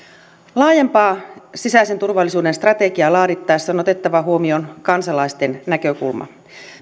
laajempaa sisäisen turvallisuuden strategiaa laadittaessa on on otettava huomioon kansalaisten näkökulma